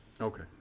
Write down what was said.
Okay